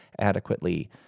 adequately